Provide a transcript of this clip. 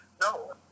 No